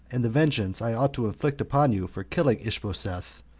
and the vengeance i ought to inflict upon you for killing ishbosheth,